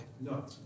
No